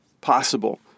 possible